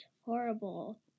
horrible